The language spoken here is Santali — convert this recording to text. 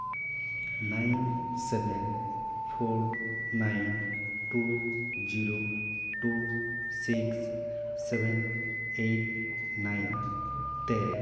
nine seven four nine two zero two six seven eight nine ᱛᱮ